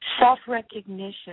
Self-recognition